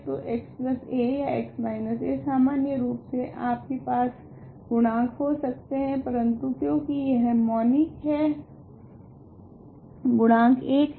तो xa या x a सामान्य रूप से आपके पास गुणांक हो सकते है परंतु क्योकि यह मॉनिक है गुणांक 1 है